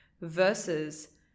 versus